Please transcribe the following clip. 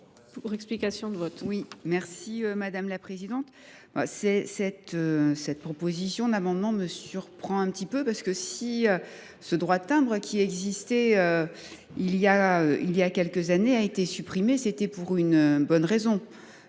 pour explication de vote.